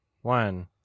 one